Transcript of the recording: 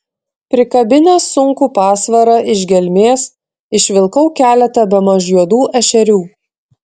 prikabinęs sunkų pasvarą iš gelmės išvilkau keletą bemaž juodų ešerių